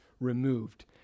removed